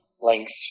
Length